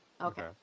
Okay